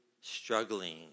struggling